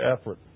effort